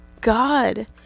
God